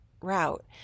route